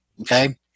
Okay